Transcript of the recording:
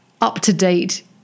up-to-date